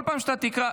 כל פעם שאתה תקרא,